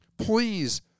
Please